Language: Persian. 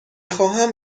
خواهم